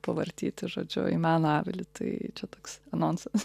pavartyti žodžiu į meno avilį tai čia toks anonsas